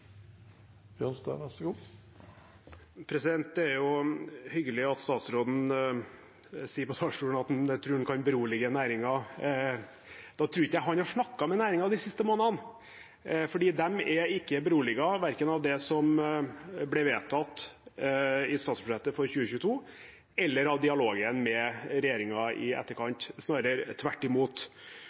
Det er jo hyggelig at statsråden sier på talerstolen at han tror han kan berolige næringen. Da tror jeg ikke han har snakket med næringen de siste månedene, for de er ikke beroliget, verken av det som ble vedtatt i statsbudsjettet for 2022, eller av dialogen med regjeringen i etterkant – snarere tvert imot.